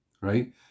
Right